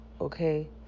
okay